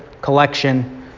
collection